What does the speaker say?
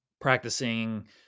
practicing